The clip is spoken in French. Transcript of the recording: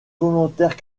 volontaires